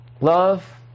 Love